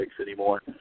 anymore